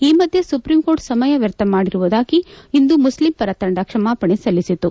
ಈ ಮಧ್ಯೆ ಸುಪ್ರೀಂಕೋರ್ಟ್ ಸಮಯ ವ್ಯರ್ಥ ಮಾಡಿರುವುದಾಗಿ ಇಂದು ಮುಸ್ಲಿಂ ಪರ ತಂಡ ಕ್ಷಮಾಪಣೆ ಸಲ್ಲಿಸಿತು